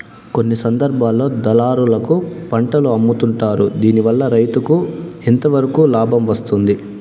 కొన్ని సందర్భాల్లో దళారులకు పంటలు అమ్ముతుంటారు దీనివల్ల రైతుకు ఎంతవరకు లాభం వస్తుంది?